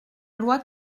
loi